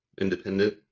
independent